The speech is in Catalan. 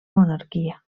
monarquia